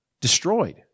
destroyed